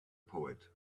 poet